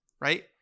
Right